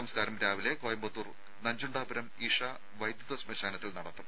സംസ്കാരം രാവിലെ കോയമ്പത്തൂർ നഞ്ചുണ്ടാപുരം ഇഷാ വൈദ്യുത ശ്മശാനത്തിൽ നടത്തും